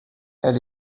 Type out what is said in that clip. elle